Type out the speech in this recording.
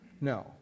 No